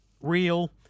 real